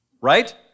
Right